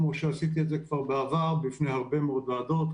כמו שעשיתי כבר בעבר בפני הרבה מאוד ועדות,